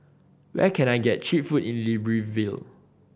where can I get cheap food in Libreville